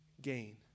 gain